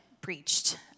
preached